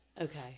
Okay